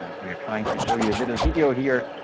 we are trying to show you a little video here,